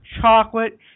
chocolate